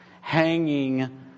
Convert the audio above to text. hanging